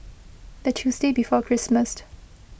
the tuesday before Christmas